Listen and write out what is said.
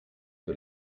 que